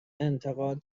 انتقاد